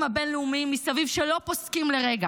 הבין-לאומיים מסביב שלא פוסקים לרגע.